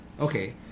Okay